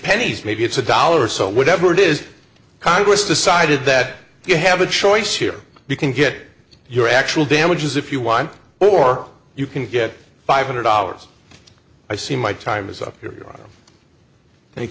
pennies maybe it's a dollar so whatever it is congress decided that you have a choice here you can get your actual damages if you want or you can get five hundred dollars i see my time is up here thank